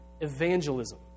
evangelism